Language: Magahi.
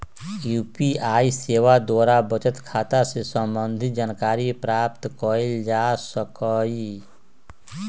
यू.पी.आई सेवा द्वारा बचत खता से संबंधित जानकारी प्राप्त कएल जा सकहइ